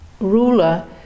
ruler